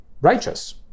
righteous